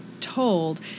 told